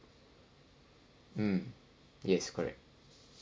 mm yes correct